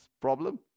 problem